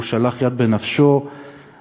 והוא שלח יד בנפש בעקבות